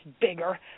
bigger